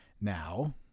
Now